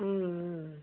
ம் ம்